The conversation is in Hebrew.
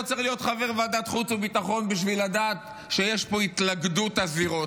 לא צריך להיות חבר ועדת חוץ וביטחון בשביל לדעת שיש פה התלכדות הזירות,